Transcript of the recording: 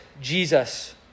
Jesus